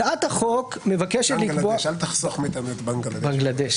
גם בנגלדש.